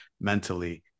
mentally